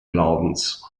glaubens